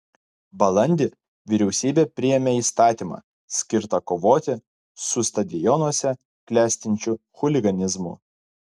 balandį vyriausybė priėmė įstatymą skirtą kovoti su stadionuose klestinčiu chuliganizmu